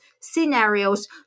scenarios